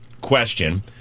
question